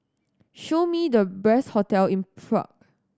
show me the best hotel in Prague